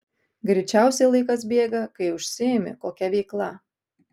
greičiausiai laikas bėga kai užsiimi kokia veikla